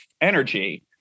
energy